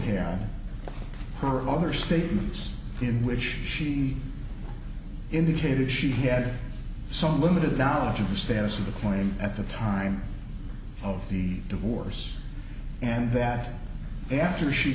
on her other statements in which she indicated she had some limited knowledge of the status of the claim at the time of the divorce and that after she